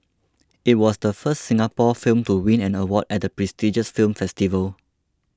it was the first Singapore film to win an award at the prestigious film festival